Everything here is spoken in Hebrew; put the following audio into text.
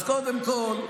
אז קודם כול,